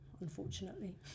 unfortunately